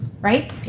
right